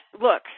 look